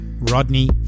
Rodney